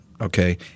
okay